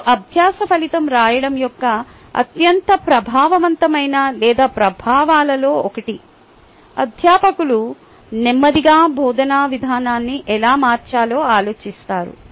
మరియు అభ్యాస ఫలితం రాయడం యొక్క అత్యంత ప్రభావవంతమైన లేదా ప్రభావాలలో ఒకటి అధ్యాపకులు నెమ్మదిగా బోధనా విధానాన్ని ఎలా మార్చాలో ఆలోచిస్తారు